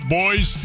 boys